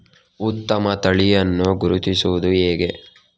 ಉತ್ತಮ ತಳಿಯನ್ನು ಗುರುತಿಸುವುದು ಹೇಗೆ?